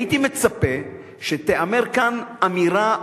הייתי מצפה שתיאמר כאן אמירה ברורה,